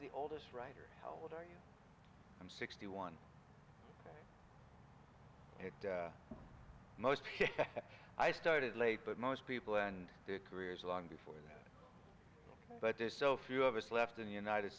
the oldest writer how old are you i'm sixty one and most i started late but most people and their careers long before that but there's so few of us left in the united